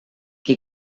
qui